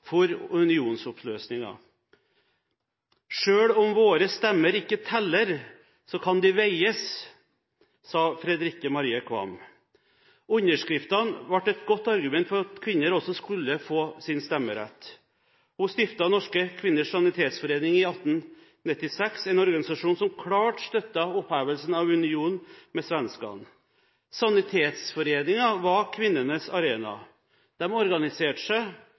for unionsoppløsningen. «Selv om vore stemmer ikke tæller, saa kan de veies», sa Fredrikke Marie Qvam. Underskriftene ble et godt argument for at kvinner også skulle få stemmerett. Hun stiftet Norske Kvinners Sanitetsforening i 1896, en organisasjon som klart støttet opphevelsen av unionen med svenskene. Sanitetsforeningen var kvinnenes arena. De organiserte seg